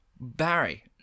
Barry